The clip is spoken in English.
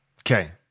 Okay